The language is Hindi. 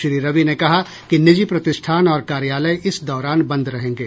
श्री रवि ने कहा कि निजी प्रतिष्ठान और कार्यालय इस दौरान बंद रहेंगे